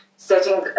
setting